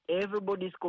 Everybody's